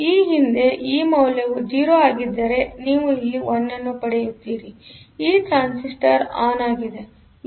ಈ ಹಿಂದೆ ಈ ಮೌಲ್ಯವು 0ಆಗಿದ್ದರೆ ನೀವು ಇಲ್ಲಿ 1 ಅನ್ನು ಪಡೆಯುತ್ತಿದ್ದೀರಿಆದ್ದರಿಂದ ಈ ಟ್ರಾನ್ಸಿಸ್ಟರ್ ಆನ್ ಆಗಿದೆ